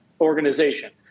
organization